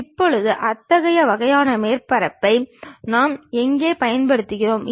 இப்போது அத்தகைய வகையான மேற்பரப்புகளை நாம் எங்கே பயன்படுத்துகிறோம்